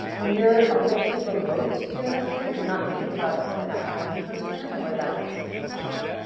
when you're a little too remote to your listener and you're not thinking about telling that one person, or that one student, if you will.